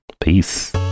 peace